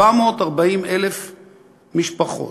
440,000 משפחות,